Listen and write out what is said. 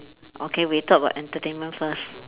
okay we talk about entertainment first